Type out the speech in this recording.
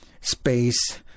space